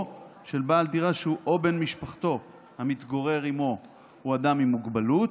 או של בעל דירה שהוא או בן משפחתו המתגורר עימו הוא אדם עם מוגבלות,